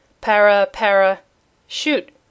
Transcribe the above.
para-para-shoot